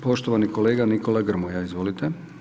Poštovani kolega Nikola Grmoja, izvolite.